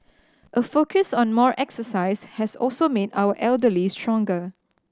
a focus on more exercise has also made our elderly stronger